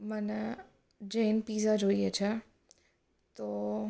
મને જૈન પીઝા જોઈએ છે તો